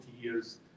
years